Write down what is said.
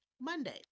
Monday